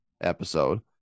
episode